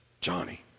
Johnny